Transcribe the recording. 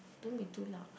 don't be too loud